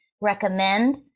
recommend